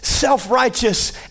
self-righteous